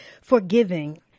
forgiving